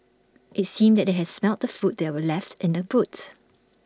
IT seemed that they had smelt the food that were left in the boot